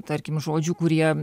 tarkim žodžių kurie